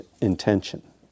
intention